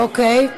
אוקיי.